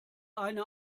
eine